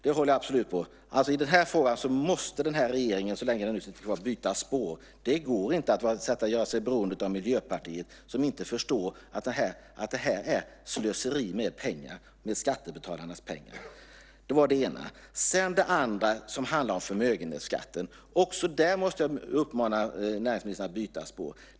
Det håller jag absolut på. I den här frågan måste regeringen, så länge den nu sitter kvar, byta spår. Det går inte att göra sig beroende av Miljöpartiet som inte förstår att det här är slöseri med skattebetalarnas pengar. Det var det ena. Det andra handlar om förmögenhetsskatten. Också där måste jag uppmana näringsministern att byta spår.